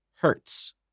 hertz